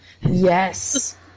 Yes